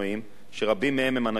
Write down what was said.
שרבים מהם הם אנשים צעירים,